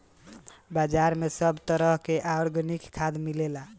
बाजार में सब तरह के आर्गेनिक खाद मिलेला